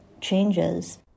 changes